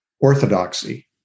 orthodoxy